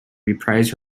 reprise